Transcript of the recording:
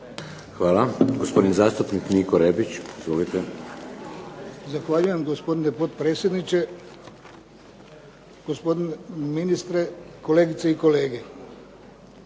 Hvala. Gospodin zastupnik Niko Rebić. Izvolite. **Rebić, Niko (HDZ)** Zahvaljujem, gospodine potpredsjedniče. Gospodine ministre, kolegice i kolege.